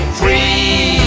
free